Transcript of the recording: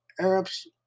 Arabs